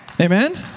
Amen